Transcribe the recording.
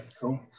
cool